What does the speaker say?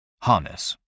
Harness